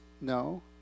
No